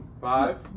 Five